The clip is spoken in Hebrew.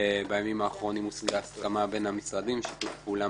בימים האחרונים הושגה הסכמה בין המשרדים לשיתוף פעולה